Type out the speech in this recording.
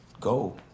go